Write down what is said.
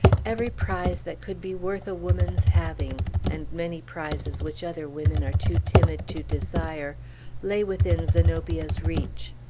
every prize that could be worth a woman's having and many prizes which other women are too timid to desire lay within zenobia's reach.